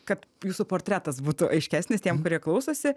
kad jūsų portretas būtų aiškesnis tiem kurie klausosi